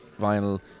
vinyl